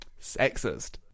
sexist